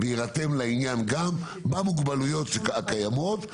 ויירתם לעניין גם במוגבלויות הקיימות.